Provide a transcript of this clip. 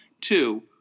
two